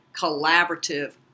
collaborative